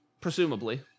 Presumably